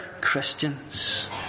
Christians